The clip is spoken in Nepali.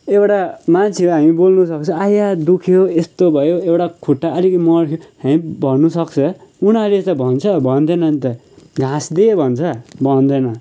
एउटा मान्छे हो हामी बोल्नु सक्छ आइया दुख्यो यस्तो भयो एउटा खुट्टा अलिक मड भन्नु सक्छ उनीहरूले त भन्छ भन्देनन् त घाँस देउ भन्छ भन्दैन